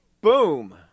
Boom